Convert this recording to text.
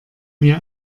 mir